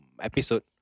episode